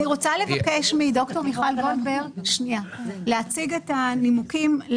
אני רוצה לבקש מד"ר מיכל גולדברג להציג את הנימוקים.